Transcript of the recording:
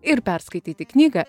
ir perskaityti knygą